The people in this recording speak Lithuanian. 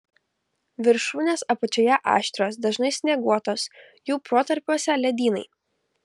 viršūnės apačioje aštrios dažnai snieguotos jų protarpiuose ledynai